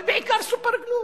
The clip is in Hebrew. אבל בעיקר "סופר גלו".